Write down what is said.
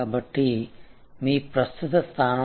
కాబట్టి మీ ప్రస్తుత స్థానం